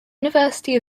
university